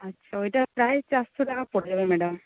আচ্ছা ওইটা প্রায় চারশো টাকা পরে যাবে ম্যাডাম